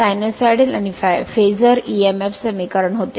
sinusoidal आणि phasor emf समीकरण होते